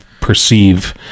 perceive